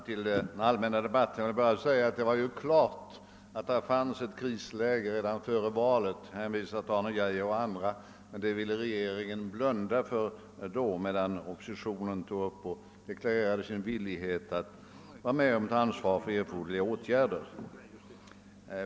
Till den allmänna debatten vill jag bara säga att det redan före valet stod klart att det förelåg ett krisläge — jag hänvisar till uttalanden av Arne Geijer och andra. Det ville regeringen blunda för då, medan oppositionen deklarerade sin villighet att vara med om att ta ansvaret för erforderliga åtgärder.